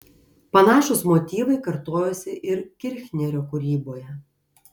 panašūs motyvai kartojosi ir kirchnerio kūryboje